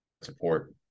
support